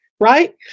Right